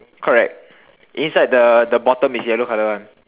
correct inside the the bottom is yellow colour one